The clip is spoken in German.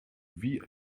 wie